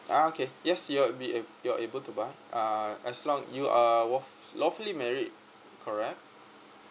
ah okay yes you'll be able~ you're able to buy uh as long you are wa~ lawfully married correct